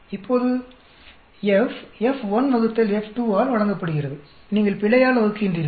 இப்போது F F1 F2 ஆல் வழங்கப்படுகிறது நீங்கள் பிழையால் வகுக்கின்றீர்கள்